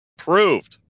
Proved